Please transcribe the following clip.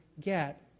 get